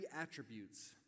attributes